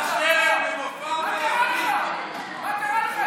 אתה שומע אותו אומר "כיבוש" ולא מתקומם,